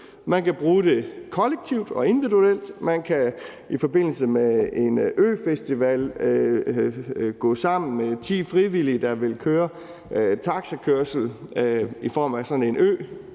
Man kan bruge det kollektivt og individuelt. Man kan i forbindelse med en øfestival gå sammen ti frivillige, der vil køre taxakørsel i form af sådan en